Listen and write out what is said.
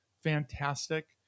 Fantastic